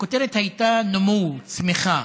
הכותרת הייתה (אומר בערבית ומתרגם), צמיחה.